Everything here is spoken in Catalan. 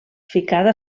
ficada